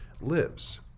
lives